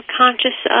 conscious